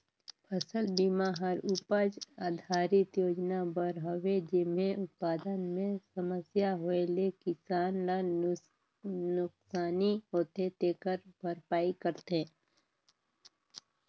फसल बिमा हर उपज आधरित योजना बर हवे जेम्हे उत्पादन मे समस्या होए ले किसान ल नुकसानी होथे तेखर भरपाई करथे